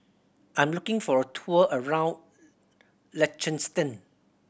I am looking for a tour around Liechtenstein